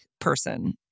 person